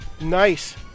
Nice